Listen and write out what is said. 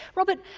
robert,